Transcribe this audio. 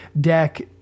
deck